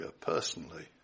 personally